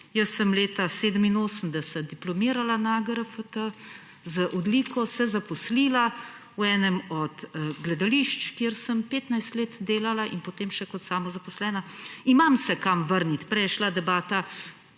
Jaz sem leta 1987 diplomirana na AGRFT z odliko, se zaposlila v enem od gledališč, kjer sem petnajst let delala in potem še kot samozaposlena. Imam se kam vrniti. Prej je šla debata;